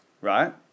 right